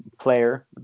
player